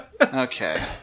Okay